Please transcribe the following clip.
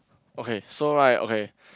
okay so right okay